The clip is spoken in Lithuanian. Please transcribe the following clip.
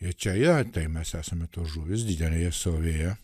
ir čia yra tai mes esame tos žuvys didelėje srovėje